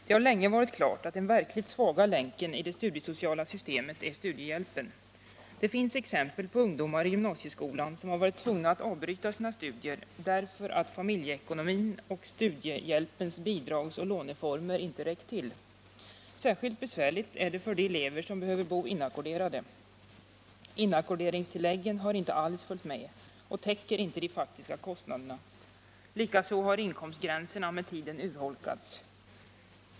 Det har länge varit klart att den verkligt svaga länken i det studiesociala systemet är studiehjälpen. Det finns exempel på ungdomar i gymnasieskolan som har varit tvungna att avbryta sina studier, därför att familjeekonomin och studiehjälpens bidragsoch låneformer inte räckt till. Särskilt besvärligt är det för elever som behöver bo inackorderade. Inackorderingstilläggen har inte alls följt med och täcker inte de faktiska kostnaderna. Likaså har inkomstgränserna med tiden urholkats.